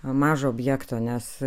mažo objekto nes